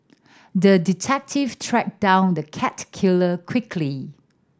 the detective tracked down the cat killer quickly